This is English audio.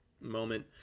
moment